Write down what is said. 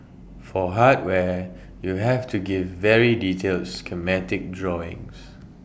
for hardware you have to give very detailed schematic drawings